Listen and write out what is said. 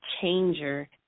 changer